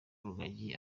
rugagi